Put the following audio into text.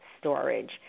storage